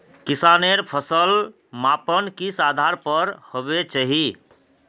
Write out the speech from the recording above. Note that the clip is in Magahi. किसानेर फसल मापन किस आधार पर होबे चही?